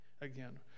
again